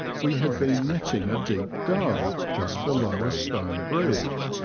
we had been netting a deep dub just below a stone bridge,